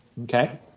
Okay